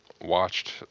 watched